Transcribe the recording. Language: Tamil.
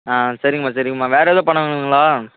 ஆ சரிங்கம்மா சரிங்கம்மா வேறு எதுவும் பண்ணணுங்களா